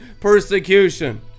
persecution